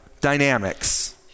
dynamics